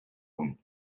them